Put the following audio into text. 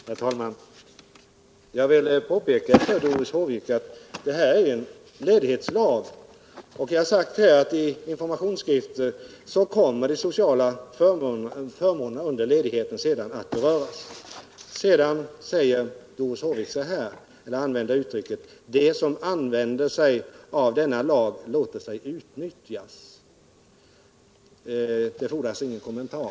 Herr talman! Jag vill påpeka för Doris Håvik att det här är en ledighetslag. Jag har sagt att de sociala förmånerna under ledigheten kommer att beröras i informationsskrifter. Sedan säger Doris Håvik: De som använder sig av denna lag läter sig utnyttjas. Det fordras ingen kommentar.